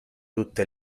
tutte